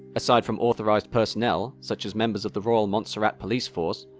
aside from authorised personnel, such as members of the royal montserrat police force,